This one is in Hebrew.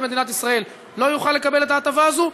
מדינת ישראל לא יוכל לקבל את ההטבה הזאת.